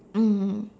mm